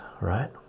right